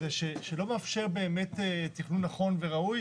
לא מאפשרת תכנון נכון וראוי,